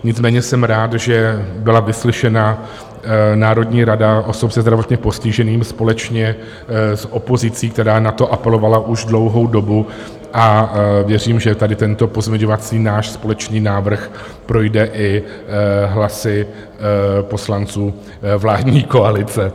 Nicméně jsem rád, že byla vyslyšena Národní rada osob se zdravotním postižením společně s opozicí, která na to apelovala už dlouhou dobu, a věřím, že tady tento pozměňovací náš společný návrh projde i hlasy poslanců vládní koalice.